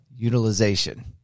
Utilization